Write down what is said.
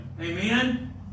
amen